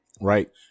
Right